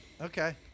okay